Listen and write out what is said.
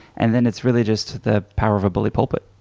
and then it's really just the power of a bully pulpit.